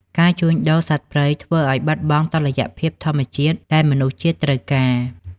ការជួញដូរសត្វព្រៃធ្វើឱ្យបាត់បង់តុល្យភាពធម្មជាតិដែលមនុស្សជាតិត្រូវការ។